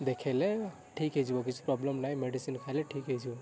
ଦେଖେଇଲେ ଠିକ ହେଇଯିବ କିଛି ପ୍ରୋବ୍ଲେମ ନାହିଁ ମେଡ଼ିସିନ ଖାଇଲେ ଠିକ ହେଇଯିବ